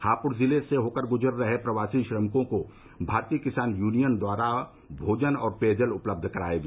हापुड़ जिले से होकर गुजर रहे प्रवासी श्रमिकों को भारतीय किसान यूनियन द्वारा भोजन और पेयजल उपलब्ध कराया गया